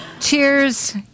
cheers